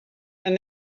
and